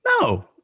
No